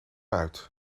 uit